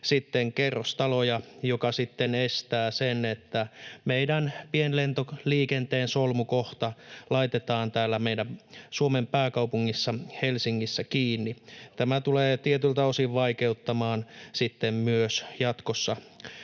kerrostaloja, mikä sitten tarkoittaa, että meidän pienlentoliikenteen solmukohta laitetaan täällä meidän Suomen pääkaupungissa Helsingissä kiinni. Tämä tulee tietyiltä osin vaikeuttamaan myös jatkossa.